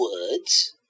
words